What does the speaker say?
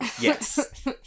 yes